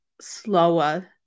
slower